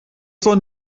sollen